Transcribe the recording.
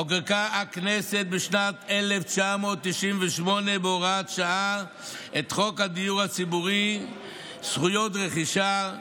חוקקה הכנסת בשנת 1998 בהוראת שעה את חוק הדיור הציבורי (זכויות רכישה),